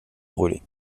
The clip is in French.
brûler